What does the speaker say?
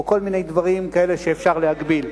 או כל מיני דברים כאלה, שאפשר להגביל.